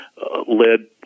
led